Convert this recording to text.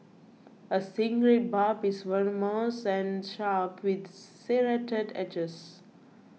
a stingray's barb is venomous and sharp with serrated edges